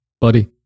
buddy